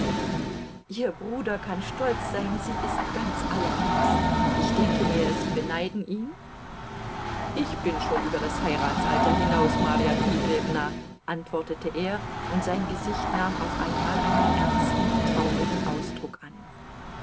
ihr bruder kann stolz sein sie ist ganz allerliebst ich denke mir sie beneiden ihn ich bin schon über das heiratsalter hinaus marja dmitrijewna antwortete er und sein gesicht nahm auf einmal einen ernsten traurigen ausdruck an